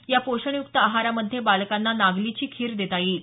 या पोषण युक्त आहारामध्ये बालकांना नागलीची खीर देता येईल